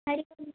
हरिः ओं